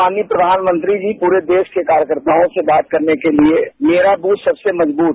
माननीय प्रधानमंत्री जी पूरे देश के कार्यकर्ताओं से बात करने के लिए मेरा व्रथ सबसे मजव्रत